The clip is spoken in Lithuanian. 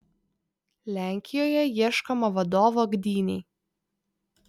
lenkijoje ieškoma vadovo gdynei